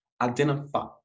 identify